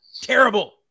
terrible